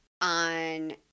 on